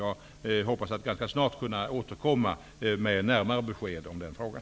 Jag hoppas att jag snart skall kunna återkomma med närmare besked om den frågan.